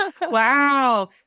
Wow